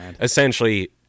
essentially